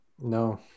No